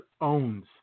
owns